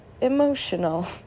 emotional